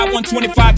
125